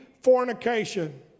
fornication